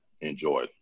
enjoy